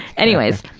anyways.